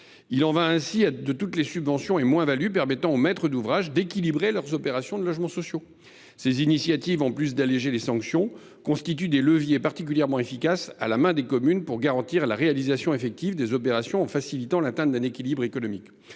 Il en va ainsi de toutes les subventions et moins values permettant aux maîtres d’ouvrage d’équilibrer leurs opérations de logements sociaux. Non seulement ces initiatives allègent la charge financière, mais elles constituent des leviers particulièrement efficaces à la main des communes pour garantir la réalisation effective des opérations en facilitant l’atteinte d’un équilibre économique.